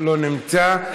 לא נמצא.